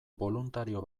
boluntario